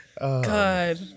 God